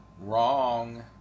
wrong